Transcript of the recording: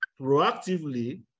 proactively